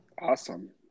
awesome